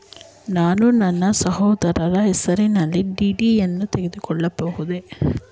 ನಾನು ನನ್ನ ಸಹೋದರನ ಹೆಸರಿನಲ್ಲಿ ಡಿ.ಡಿ ಯನ್ನು ತೆಗೆಯಬಹುದೇ?